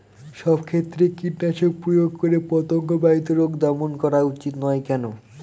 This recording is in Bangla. সব ক্ষেত্রে কীটনাশক প্রয়োগ করে পতঙ্গ বাহিত রোগ দমন করা উচিৎ নয় কেন?